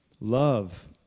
Love